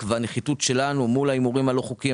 והנחיתות שלנו מול ההימורים הלא חוקיים,